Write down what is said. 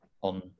on